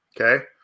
Okay